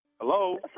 Hello